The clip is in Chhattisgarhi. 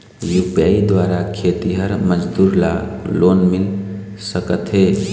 यू.पी.आई द्वारा खेतीहर मजदूर ला लोन मिल सकथे?